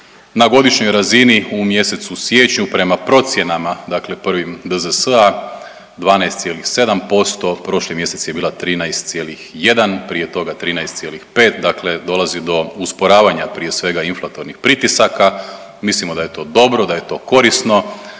na godišnjoj razini u mjesecu siječnju prema procjenama, dakle, prvim DZS-a 12,7%, prošli mjesec je bila 13,1, prije toga 13,5, dakle dolazi do usporavanja, prije svega, inflatornih pritisaka. Mislimo da je to dobro, da je to korisno.